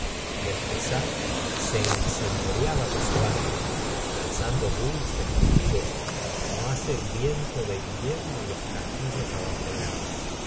y el pesar se enseñoreaba de su alma lanzando dulces quejidos como hace el viento de invierno en los castillos abandonados